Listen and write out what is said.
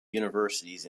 universities